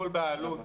כל בעלות,